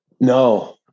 No